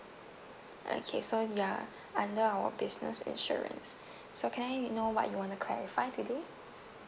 okay so you are under our business insurance so can I know what you want to clarify today